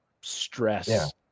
stress